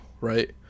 right